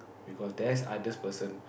because there's others person